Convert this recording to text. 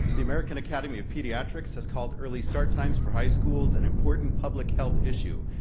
the american academy of pediatrics is called early start times for high schools and important public health issue.